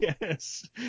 Yes